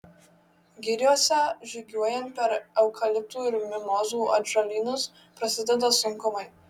giriose žygiuojant per eukaliptų ir mimozų atžalynus prasideda sunkumai